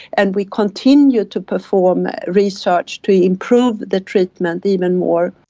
and we continue to perform research to improve the treatment even more.